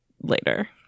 later